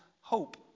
hope